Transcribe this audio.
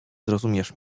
zrozumiesz